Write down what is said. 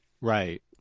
Right